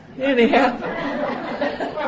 anyhow